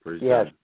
Yes